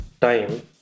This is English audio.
time